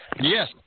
Yes